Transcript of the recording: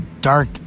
dark